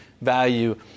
value